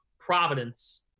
Providence